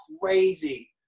crazy